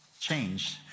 change